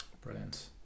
brilliant